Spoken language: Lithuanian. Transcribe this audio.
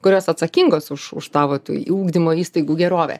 kurios atsakingos už už tą vat ugdymo įstaigų gerovę